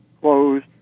closed